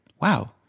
Wow